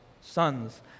sons